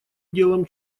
делом